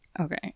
Okay